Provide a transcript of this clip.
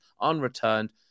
unreturned